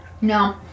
No